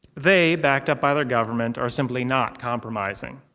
they, backed up by their government, are simply not compromising.